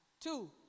Two